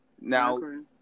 now